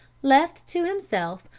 left to himself,